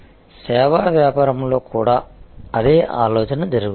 సేవా వ్యాపారంలో కూడా అదే ఆలోచన జరుగుతుంది